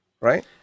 right